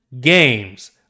games